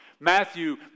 Matthew